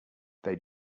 they